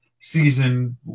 season